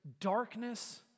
darkness